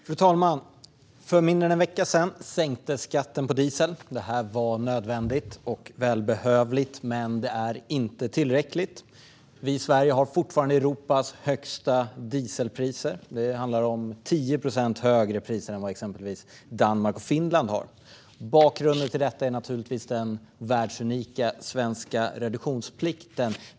Fru talman! För mindre än en vecka sedan sänktes skatten på diesel. Det var nödvändigt och välbehövligt, men det är inte tillräckligt. Vi i Sverige har fortfarande Europas högsta dieselpriser; priserna är 10 procent högre än i exempelvis Danmark och Finland. Bakgrunden till detta är naturligtvis den världsunika svenska reduktionsplikten.